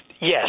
yes